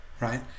right